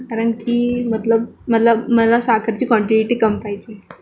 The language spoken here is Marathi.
कारण की मतलब मला मला साखरची क्वांटिटी कमी पाहिजे